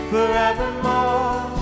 Forevermore